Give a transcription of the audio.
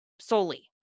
solely